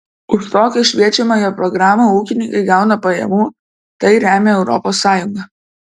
už tokią šviečiamąją programą ūkininkai gauna pajamų tai remia europos sąjunga